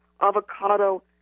avocado